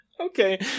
Okay